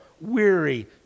weary